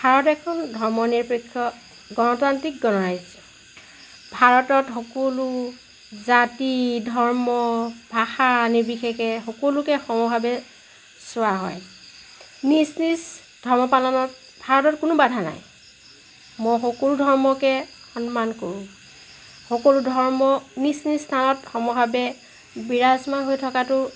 ভাৰত এখন ধৰ্ম নিৰপেক্ষ গণতান্ত্ৰিক গণৰাজ্য ভাৰতত সকলো জাতি ধৰ্ম ভাষা নিৰ্বিশেষে সকলোকে সমভাৱে চোৱা হয় নিজ নিজ ধৰ্ম পালনত ভাৰতত কোনো বাধা নাই মই সকলো ধৰ্মকে সন্মান কৰোঁ সকলো ধৰ্ম নিজ নিজ স্থানত সমভাৱে বিৰাজমান হৈ থকাটো